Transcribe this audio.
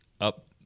up